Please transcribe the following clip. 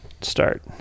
start